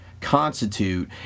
constitute